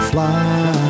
Fly